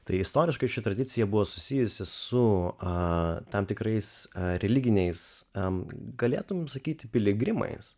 tai istoriškai ši tradicija buvo susijusi su tam tikrais religiniais galėtum sakyti piligrimais